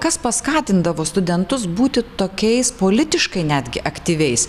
kas paskatindavo studentus būti tokiais politiškai netgi aktyviais